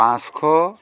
পাঁচশ